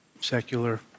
secular